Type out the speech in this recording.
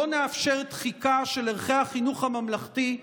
לא נאפשר דחיקה של ערכי החינוך הממלכתי,